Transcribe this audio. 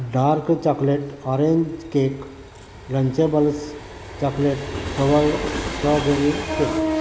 dark chocolate orange cake Lunchables chocolate covered strawberry cake